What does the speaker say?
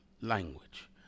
language